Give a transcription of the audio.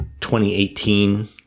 2018